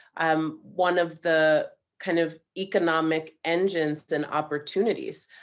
um, one of the kind of economic engines and opportunities,